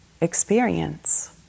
experience